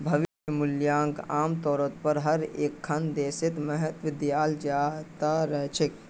भविष्य मूल्यक आमतौरेर पर हर एकखन देशत महत्व दयाल जा त रह छेक